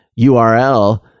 URL